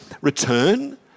return